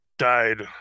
Died